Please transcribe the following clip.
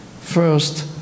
first